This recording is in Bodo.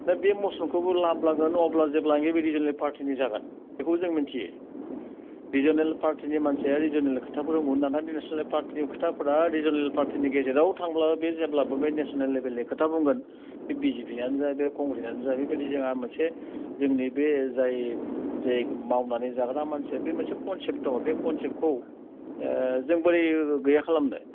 दा बे मसनखौबो लाब लाजानो अब्ला जेब्लानोखि रिजोनेल पार्टिनि जागोन बेखौबो जों मिन्थियो रिजोनेल पार्टिनि मानसिया रिजोनेल खोथाफोरखौ बुंगोन नाथाय नेसनेल पार्टिनि खोथाफोरा रिजोनेल पार्टिनि गेजेराव थांब्ला बे जेब्लाबो बे नेसनेल लेभेलनि खोथा बुंगोन बिजेपिनियानो जा बे कंग्रेसानो जा बेबायदि जोंहा मोनसे जोंनि बे जाय मावनानै जाग्रा मानसिया बे मोनसे कनसेप्ट दङ बे कनसेप्टखौ जों बोरै गैया खालामनो